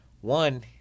One